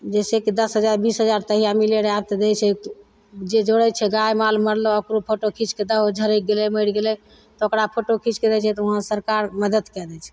जैसे कि दस हजार बीस हजार तहिया मिलय रहय आब तऽ दै छै जे जोड़य छै गाय माल मरलौ ओकरो फटो खीचकऽ देहो झरैक गेलय मरि गेलय तऽ ओकरा फोटो खीचके दै छै तऽ वहाँ सरकार मदति कए दै छै